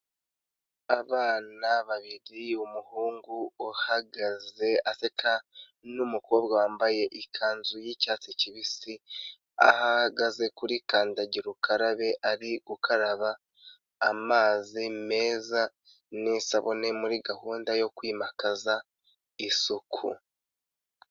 Abana babiri umuhungu uhagaze aseka n'umukobwa wambaye ikanzu y'icyatsi kibisi, ahagaze kuri kandagira ukarabe ari gukaraba amazi meza n'isabune muri gahunda yo kwimakaza isuku.